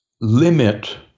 limit